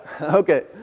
okay